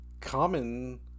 common